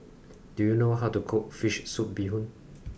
do you know how to cook fish soup bee hoon